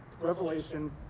Revelation